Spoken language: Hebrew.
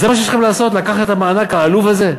אז זה מה שיש לכם לעשות, לקחת את המענק העלוב הזה?